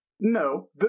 No